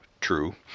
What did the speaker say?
true